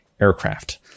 aircraft